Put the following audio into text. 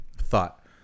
thought